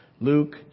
Luke